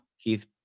Keith